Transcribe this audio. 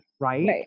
Right